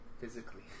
Physically